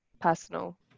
personal